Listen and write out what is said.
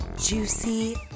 juicy